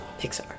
Pixar